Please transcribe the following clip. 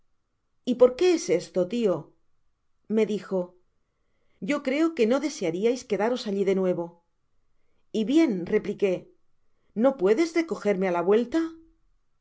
y por qué es esto tio me dijo yo creo que no deseariais quedaros alli de nuevo y bien repliqué no puedes recojerme á tu vuelta